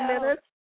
minutes